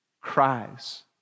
cries